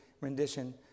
rendition